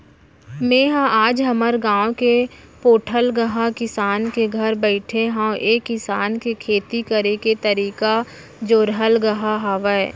मेंहा आज हमर गाँव के पोठलगहा किसान के घर बइठे हँव ऐ किसान के खेती करे के तरीका जोरलगहा हावय